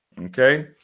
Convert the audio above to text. Okay